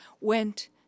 went